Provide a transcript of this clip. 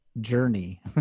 journey